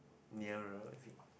nearer is it